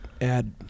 Add